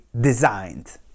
designed